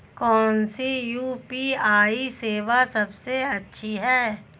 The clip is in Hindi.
कौन सी यू.पी.आई सेवा सबसे अच्छी है?